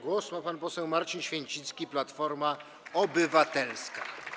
Głos ma pan poseł Marcin Święcicki, Platforma Obywatelska.